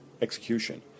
execution